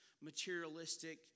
materialistic